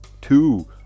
two